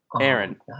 Aaron